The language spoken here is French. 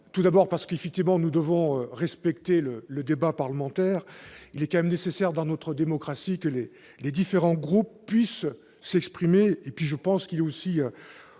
tout d'abord parce qu'effectivement nous devons respecter le le débat parlementaire, il est quand même nécessaire dans notre démocratie que les les différents groupes puissent s'exprimer et puis je pense qu'il est aussi